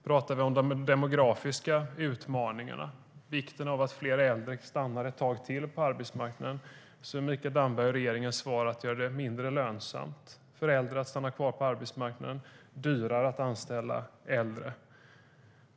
Pratar vi om de demografiska utmaningarna och vikten av att fler äldre stannar ett tag till på arbetsmarknaden är Mikael Dambergs och regeringens svar att göra det mindre lönsamt för äldre att stanna kvar på arbetsmarknaden och att göra det dyrare att anställa äldre.